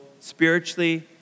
spiritually